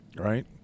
Right